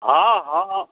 हँ हँ